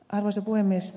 arvoisa puhemies